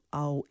ao